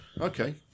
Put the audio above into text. Okay